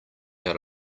out